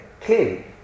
clearly